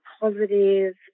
positive